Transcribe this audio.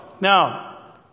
Now